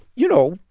you know,